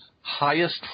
highest